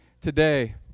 today